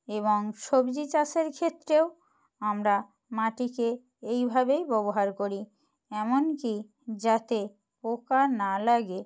এবং সবজি চাষের ক্ষেত্রেও আমরা মাটিকে এইভাবেই ব্যবহার করি এমনকি যাতে পোকা না লাগে